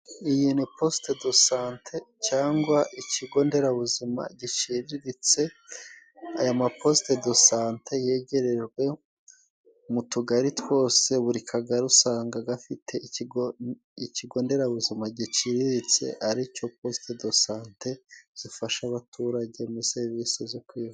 Iyi ni posite do sante cyangwa ikigonderabuzima giciriritse. Aya maposite do sante yegerejwe mu tugari twose. Buri kagari usanga gafite ikigonderabuzima giciriritse, aricyo poste do sante zifasha abaturage muri serivisi zo kwivuza.